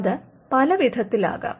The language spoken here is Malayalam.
അത് പലവിധത്തിലാകാം